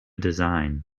design